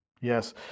Yes